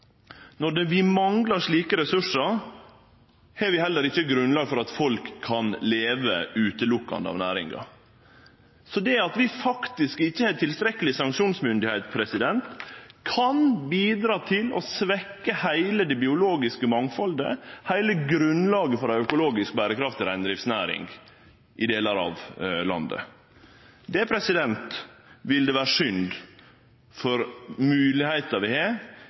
Når vi manglar slike ressursar, har vi heller ikkje grunnlag for at folk kan leve utelukkande av næringa. Det at vi faktisk ikkje har tilstrekkeleg sanksjonsmyndigheit, kan bidra til å svekkje heile det biologiske mangfaldet, heile grunnlaget for ei økologisk berekraftig reindriftsnæring, i delar av landet. Det ville vere synd for moglegheita vi har